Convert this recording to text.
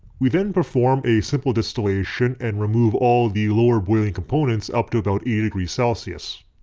we then perform a simple distillation and remove all the lower boiling components up to about eighty degrees celsius.